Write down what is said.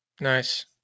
Nice